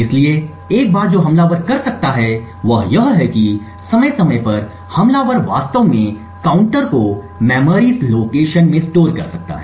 इसलिए एक बात जो हमलावर कर सकता है वह यह है कि समय समय पर हमलावर वास्तव में काउंटर को मेमोरी लोकेशन में स्टोर कर सकता है